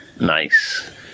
Nice